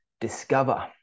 discover